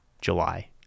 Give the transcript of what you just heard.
July